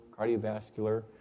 cardiovascular